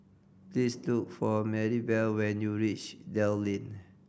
please look for Marybelle when you reach Dell Lane